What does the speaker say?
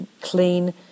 clean